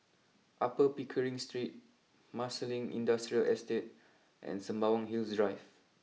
Upper Pickering Street Marsiling Industrial Estate and Sembawang Hills Drive